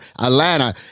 Atlanta